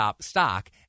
stock